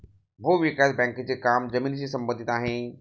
भूविकास बँकेचे काम जमिनीशी संबंधित आहे